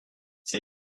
c’est